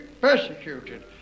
persecuted